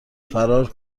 فرار